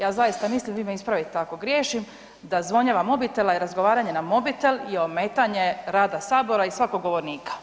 Ja zaista mislim, vi me ispravite ako griješim, da zvonjava mobitela i razgovaranje na mobitel je ometanje rada sabora i svakog govornika.